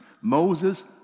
Moses